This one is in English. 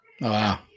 Wow